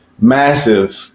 massive